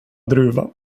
druva